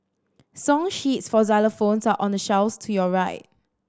song sheets for xylophones are on the shelves to your right